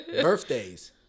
Birthdays